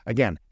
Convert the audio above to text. Again